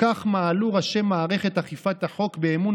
כך מעלו ראשי מערכת אכיפת החוק באמון